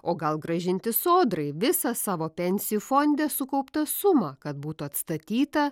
o gal grąžinti sodrai visą savo pensijų fonde sukauptą sumą kad būtų atstatyta